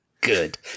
Good